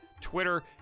Twitter